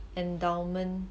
endowment